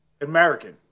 American